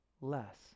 less